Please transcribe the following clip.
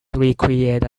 recreate